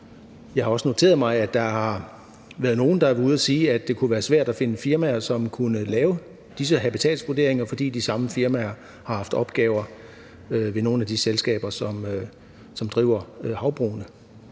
Jeg har også noteret mig, at der har været nogle, der har været ude at sige, at det kunne være svært at finde firmaer, som kunne lave disse habitatsvurderinger, fordi de samme firmaer har haft opgaver hos nogle af de selskaber, som driver havbrugene.